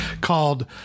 called